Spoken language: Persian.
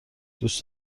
دوست